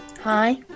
Hi